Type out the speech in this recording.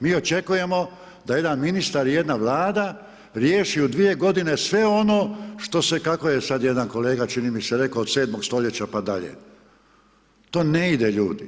Mi očekujemo da jedan ministar, jedna vlada riješi u 2 g. sve ono što se kako je sada jedan kolega čini mi se rekao, od 7. st. pa dalje, to ne ide ljudi.